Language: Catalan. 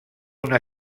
una